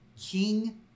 King